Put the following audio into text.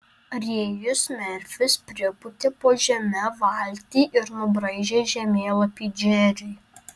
rėjus merfis pripūtė po žeme valtį ir nubraižė žemėlapį džeriui